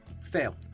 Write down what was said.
Fail